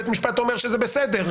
בית משפט אומר שזה בסדר,